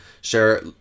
share